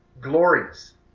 glorious